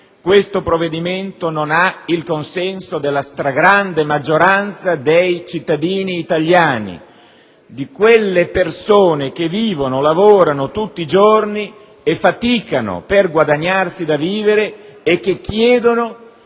questo provvedimento non ha il consenso della stragrande maggioranza dei cittadini italiani. Di quelle persone che vivono, lavorano tutti i giorni, faticano a guadagnarsi da vivere e che chiedono